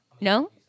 No